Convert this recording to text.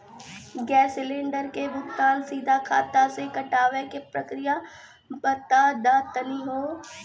Gas cylinder के भुगतान सीधा खाता से कटावे के प्रक्रिया बता दा तनी हो?